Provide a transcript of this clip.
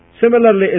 Similarly